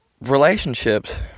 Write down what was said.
relationships